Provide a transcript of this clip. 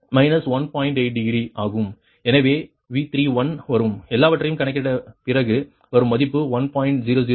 எனவே V31 வரும் எல்லாவற்றையும் கணக்கிட்ட பிறகு வரும் மதிப்பு 1